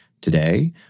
today